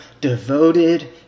devoted